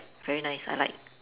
very nice I like